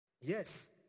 Yes